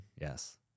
Yes